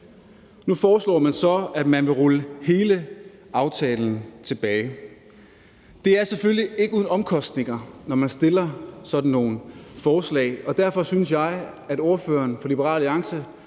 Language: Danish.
Nu foreslår man så at rulle hele aftalen tilbage. Det er selvfølgelig ikke uden omkostninger, når man stiller sådan nogle forslag, og derfor synes jeg, at ordføreren fra Liberal Alliance